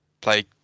Play